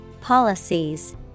policies